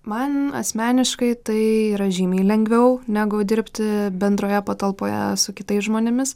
man asmeniškai tai yra žymiai lengviau negu dirbti bendroje patalpoje su kitais žmonėmis